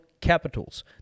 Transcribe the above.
capitals